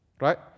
right